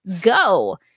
go